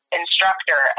instructor